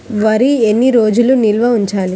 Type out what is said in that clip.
వరి ఎన్ని రోజులు నిల్వ ఉంచాలి?